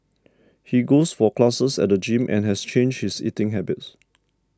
he goes for classes at the gym and has changed his eating habits